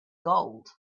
gold